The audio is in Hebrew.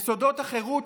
יסודות החירות,